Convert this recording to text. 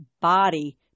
body